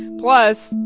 plus,